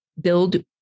build